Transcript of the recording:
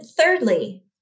thirdly